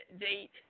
date